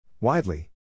Widely